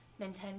Nintendo